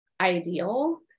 ideal